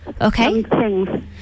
Okay